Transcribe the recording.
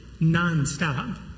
nonstop